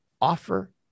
offer